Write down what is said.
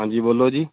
ਹਾਂਜੀ ਬੋਲੋ ਜੀ